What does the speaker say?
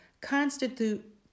constitute